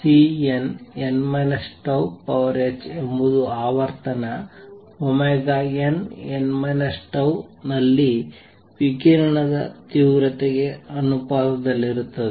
|Cnn τ |2 ಎಂಬುದು ಆವರ್ತನ nn τ ನಲ್ಲಿ ವಿಕಿರಣದ ತೀವ್ರತೆಗೆ ಅನುಪಾತದಲ್ಲಿರುತ್ತದೆ